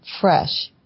fresh